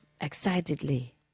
excitedly